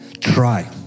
Try